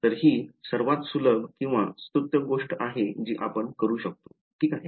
तर ही सर्वात सुलभ किंवा सुस्त गोष्ट आहे जी आपण करू शकतो ठीक आहे